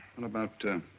and about.